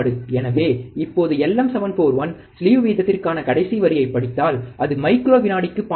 எனவே இப்போது LM741 slew வீதத்திற்கான கடைசி வரியைப் படித்தால் அது மைக்ரோ விநாடிக்கு 0